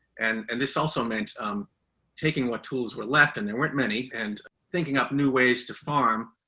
and and this also meant um taking what tools were left and there weren't many and thinking of new ways to farm,